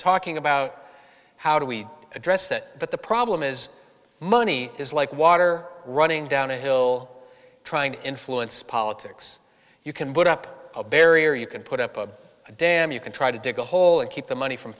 talking about how do we address that but the problem is money is like water running down a hill trying to influence politics you can put up a barrier you can put up a dam you can try to dig a hole and keep the money from